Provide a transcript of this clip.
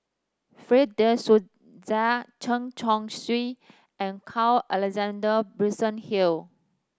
Fred De Souza Chen Chong Swee and Carl Alexander Gibson Hill